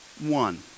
One